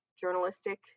journalistic